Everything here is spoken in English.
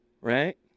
Right